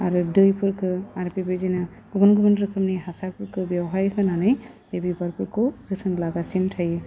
आरो दैफोरखो आरो बेबायदिनो गुबुन गुबुन रोखोमनि हासारफोरखौ बेवहाय होनानै बे बिबारफोरखौ जोथोन लागासिनो थायो